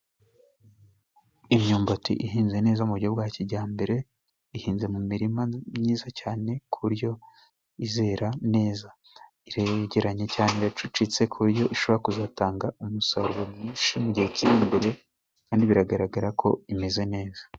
Imyumbati ihinze neza mu buryo bwa kijyambere, ihinze mu mirima myiza cyane ku buryo izera neza, iregeranye cyane yacucitse ku buryo ishobora kuzatanga umusaruro mwinshi mu gihe kiri imbere, kandi biragaragara ko imeze neza.